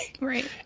right